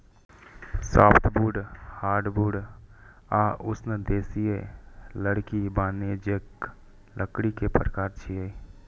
softwood, hardwood आ उष्णदेशीय लकड़ी वाणिज्यिक लकड़ी के प्रकार छियै